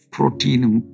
Protein